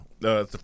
No